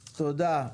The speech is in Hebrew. תודה.